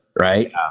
right